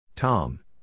Tom